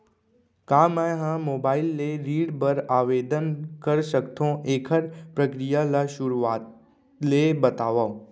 का मैं ह मोबाइल ले ऋण बर आवेदन कर सकथो, एखर प्रक्रिया ला शुरुआत ले बतावव?